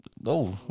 No